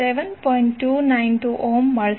292 ohm મળશે